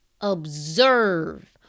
observe